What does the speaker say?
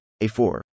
A4